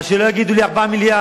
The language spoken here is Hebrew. אז שלא יגידו לי 4 מיליארד.